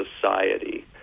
society